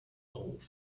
auf